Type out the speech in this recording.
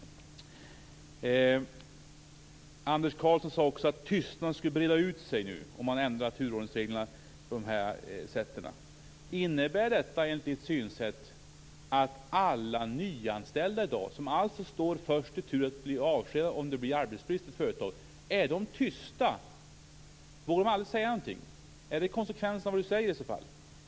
Anders Karlsson sade att tystnaden skall breda ut sig om turordningsreglerna ändras. Innebär detta, enligt Anders Karlssons synsätt, att alla nyanställda i dag, som alltså står först i tur att bli avskedade om det blir arbetsbrist på företagen, är tysta? Vågar de aldrig säga någonting? Det är konsekvensen av vad Anders Karlsson säger.